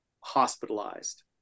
hospitalized